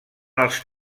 als